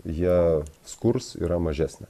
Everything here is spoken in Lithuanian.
jie skurs yra mažesnė